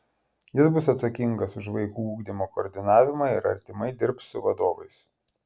jis bus atsakingas už vaikų ugdymo koordinavimą ir artimai dirbs su vadovais